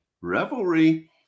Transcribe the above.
Revelry